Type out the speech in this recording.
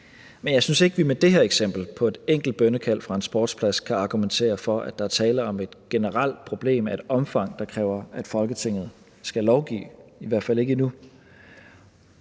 Men jeg synes ikke, at vi med det her eksempel ud fra et enkelt bønnekald fra en sportsplads kan argumentere for, at der er tale om et generelt problem af et omfang, der kræver, at Folketinget skal lovgive, i hvert fald ikke endnu.